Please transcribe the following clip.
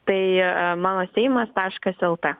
tai mano seimas taškas lt